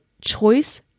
choice